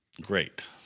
Great